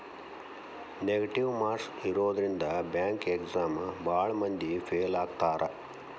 negative marks ಇರೋದ್ರಿಂದ bank exam ಭಾಳ್ ಮಂದಿ ಫೇಲ್ ಆಗ್ತಾರಾ